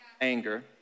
anger